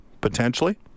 potentially